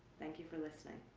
thank you for listening.